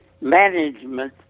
management